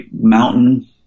Mountain